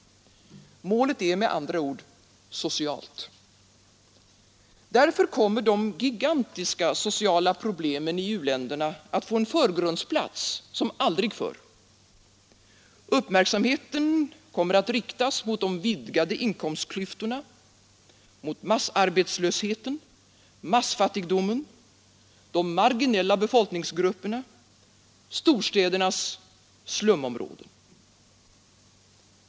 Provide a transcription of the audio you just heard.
Målet är med andra ord socialt. Därför kommer de gigantiska sociala problemen i u-länderna att få en förgrundsplats som aldrig förr: uppmärksamheten kommer att riktas mot de vidgade inkomstklyftorna, massarbetslösheten, massfattigdomen, de marginella befolkningsgrupperna, storstädernas slumområden.